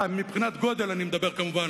מבחינת גודל אני מדבר כמובן,